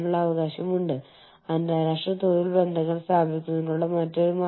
അതിനാൽ ഇതൊരു അന്താരാഷ്ട്ര സംയുക്ത സംരംഭമാണ് എന്ന് പറയാം